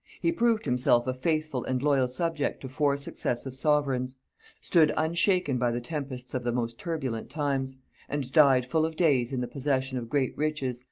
he proved himself a faithful and loyal subject to four successive sovereigns stood unshaken by the tempests of the most turbulent times and died full of days in the possession of great riches,